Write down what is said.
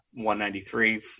193